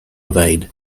evade